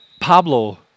Pablo